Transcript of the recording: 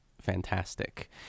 fantastic